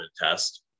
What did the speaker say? test